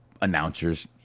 announcers